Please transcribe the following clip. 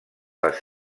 les